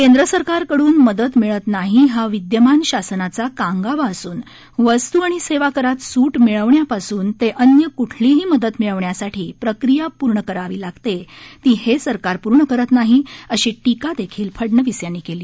केंद्र सरकारकडून मदत मिळत नाही विद्यमान शासनाचा कांगावा असून वस्तू आणि सेवा करात सूट मिळवण्यापासून ते अन्य कुठलीही मदत मिळवण्यासाठी प्रक्रिया पूर्ण करावी लागते ती हे सरकार पूर्ण करत नाही अशी टीका देखील फडणवीस यांनी केली